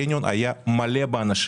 הקניון היה מלא באנשים.